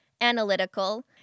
analytical